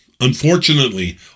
unfortunately